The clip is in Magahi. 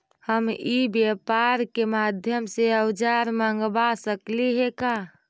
हम ई व्यापार के माध्यम से औजर मँगवा सकली हे का?